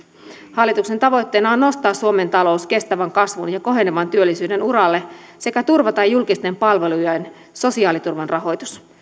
hallituksen tavoitteena on nostaa suomen talous kestävän kasvun ja kohenevan työllisyyden uralle sekä turvata julkisten palvelujen sosiaaliturvan rahoitus